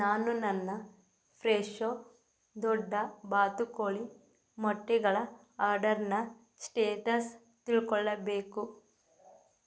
ನಾನು ನನ್ನ ಫ್ರೆಶೋ ದೊಡ್ಡ ಬಾತುಕೋಳಿ ಮೊಟ್ಟೆಗಳ ಆರ್ಡರಿನ ಸ್ಟೇಟಸ್ ತಿಳ್ಕೊಳ್ಳಬೇಕು